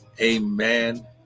amen